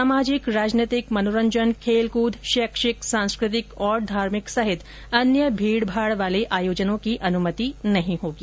सामाजिक राजनैतिक मनोरंजन खेलकूद शैक्षिक सांस्कृतिक और धार्मिक सहित अन्य भीड़भाड़ वाले आयोजनों की अनुमति नहीं होगी